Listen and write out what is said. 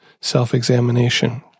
self-examination